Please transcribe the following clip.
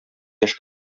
яшь